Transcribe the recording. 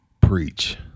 Preach